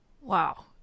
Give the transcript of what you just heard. Wow